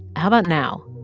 how about now?